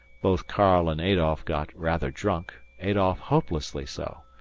both karl and adolf got rather drunk, adolf hopelessly so,